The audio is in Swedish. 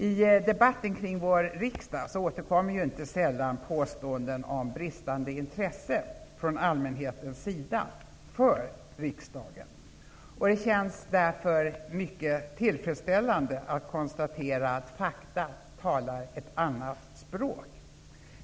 I debatten kring vår riksdag återkommer ju inte sällan påståenden om bristande intresse från allmänhetens sida för riksdagen. Det känns därför mycket tillfredsställande att konstatera att fakta talar ett annat språk.